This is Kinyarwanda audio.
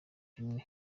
rimwe